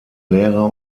lehrer